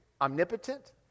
omnipotent